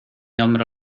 hombro